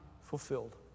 fulfilled